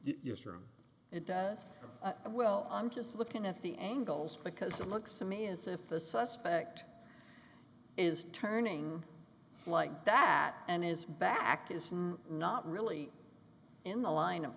room it does i will i'm just looking at the angles because it looks to me as if a suspect is turning like that and his back is not really in the line of